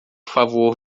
favor